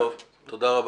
טוב, תודה רבה.